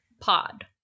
pod